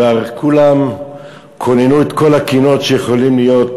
במהלך השעות האחרונות כבר כולם קוננו את כל הקינות שיכולות להיות